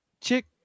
chick